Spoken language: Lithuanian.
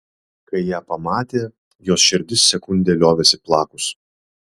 kai ją pamatė jos širdis sekundę liovėsi plakus